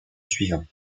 suivant